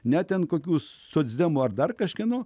ne ten kokių socdemų ar dar kažkieno